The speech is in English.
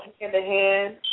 hand-in-hand